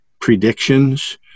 predictions